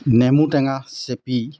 নেমু টেঙা চেপি